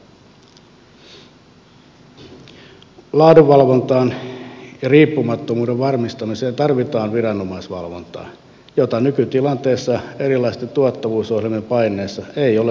laadunvalvontaan ja riippumattomuuden varmistamiseen tarvitaan viranomaisvalvontaa jota nykytilanteessa erilaisten tuottavuusohjelmien paineessa ei ole odotettavissa